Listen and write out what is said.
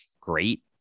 great